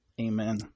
Amen